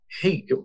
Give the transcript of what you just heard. hey